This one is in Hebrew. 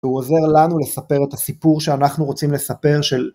והוא עוזר לנו לספר את הסיפור שאנחנו רוצים לספר של...